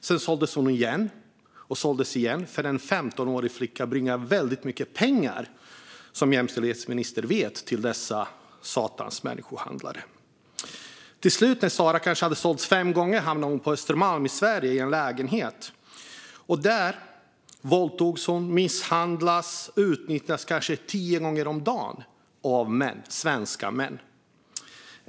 Sedan såldes hon igen - och igen - för en 15-årig flicka inbringar, som jämställdhetsministern vet, väldigt mycket pengar till dessa satans människohandlare. Till slut, när Sara hade sålts kanske fem gånger, hamnade hon i en lägenhet på Östermalm i Sverige. Där våldtogs, misshandlades och utnyttjades hon kanske tio gånger om dagen av svenska män.